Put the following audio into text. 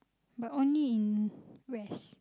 but only in west